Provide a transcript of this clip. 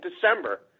December